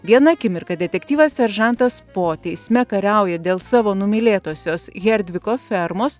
vieną akimirką detektyvas seržantas po teisme kariauja dėl savo numylėtosios herdviko fermos